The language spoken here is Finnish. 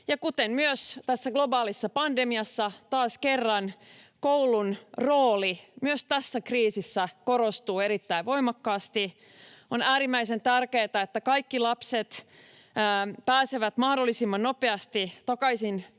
Kuten myös tässä globaalissa pandemiassa, taas kerran koulun rooli myös tässä kriisissä korostuu erittäin voimakkaasti. On äärimmäisen tärkeätä, että kaikki lapset pääsevät mahdollisimman nopeasti takaisin kiinni